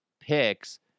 Picks